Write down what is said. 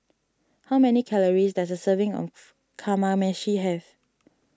how many calories does a serving of Kamameshi have